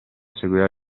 seguiva